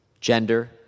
gender